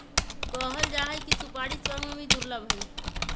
कहल जाहई कि सुपारी स्वर्ग में भी दुर्लभ हई